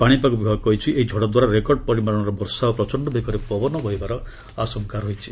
ପାଣିପାଗ ବିଭାଗ କହିଛି ଏହି ଝଡଦ୍ୱାରା ରେକର୍ଡ ପରିମାଣର ବର୍ଷା ଓ ପ୍ରଚଣ୍ଡ ବେଗରେ ପବନ ବହିବାର ଆଶଙ୍କା ରହିଛି